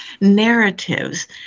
narratives